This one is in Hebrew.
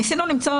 ניסינו למצוא